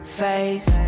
face